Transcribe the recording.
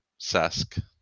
Sask